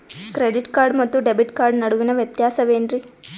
Credit card ಮತ್ತು debit card ನಡುವಿನ ವ್ಯತ್ಯಾಸ ವೇನ್ರೀ?